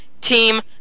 Team